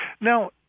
Now